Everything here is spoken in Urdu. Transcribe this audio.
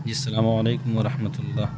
جی السلام علیکم و رحمتہ اللہ